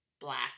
black